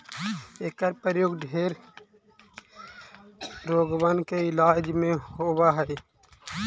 एकर प्रयोग ढेर रोगबन के इलाज में होब हई